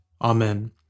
Amen